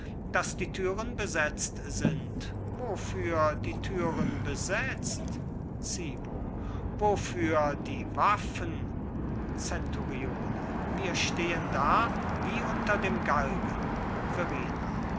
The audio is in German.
daß die türen besetzt sind wofür die türen besetzt zibo wofür die waffen zenturione wir stehen da wie unter dem galgen